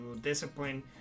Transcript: discipline